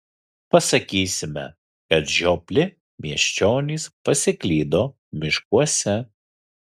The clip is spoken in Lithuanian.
pasakysime kad žiopli miesčionys pasiklydo miškuose